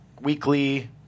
weekly –